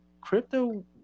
crypto